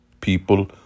people